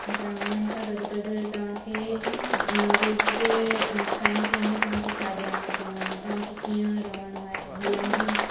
प्राणायाम सां गॾु गॾु तव्हांखे रोज़ जे खाइण पीअण में तव्हांखे छा ध्यानु रखिणो आहे तव्हांखे कीअं रहिणो आहे हलण जी